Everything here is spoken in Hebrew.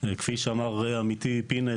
כפי שאמר עמיתי פינס,